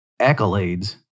accolades